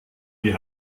die